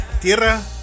tierra